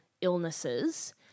illnesses